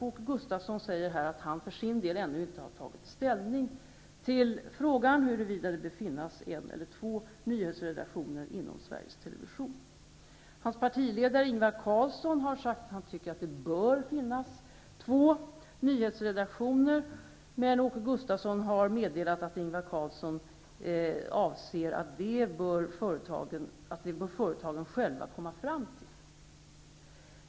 Åke Gustavsson säger här att han för sin del ännu inte har tagit ställning till frågan huruvida det bör finnas en eller två nyhetsredaktioner inom Sveriges television. Hans partiledare Ingvar Carlsson har sagt att han tycker att det bör finnas två nyhetsredaktioner. Men Åke Gustavsson har meddelat att Ingvar Carlsson anser att företagen själva bör komma fram till det.